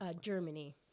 Germany